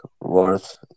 worth